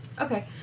Okay